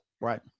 Right